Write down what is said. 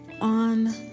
on